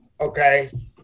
Okay